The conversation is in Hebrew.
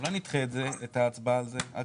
אולי נדחה את ההצבעה על זה ונחזור